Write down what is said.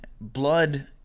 Blood